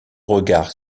regard